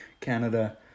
Canada